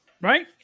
Right